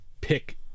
pick